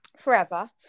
forever